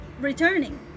returning